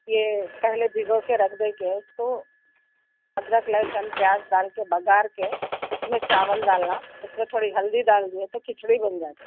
یہ پہلے بھگو کے رکھ دیں کے اس کو ادرک لہسن پیاز ڈال کے بگھار کے اس میں چاول ڈالنا اس میں تھوڑی ہلدی ڈال دیے تو کھچڑی بن جاتی ہے